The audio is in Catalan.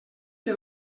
que